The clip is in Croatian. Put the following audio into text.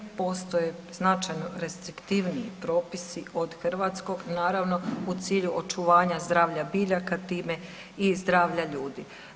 Postoje značajno restriktivniji propisi od hrvatskog naravno u cilju očuvanja zdravlja biljaka time i zdravlja ljudi.